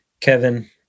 kevin